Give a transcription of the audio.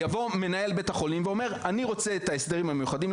יבוא מנהל בית החולים ויגיד: אני רוצה את ההסדרים המיוחדים,